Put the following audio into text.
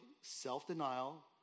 self-denial